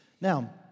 Now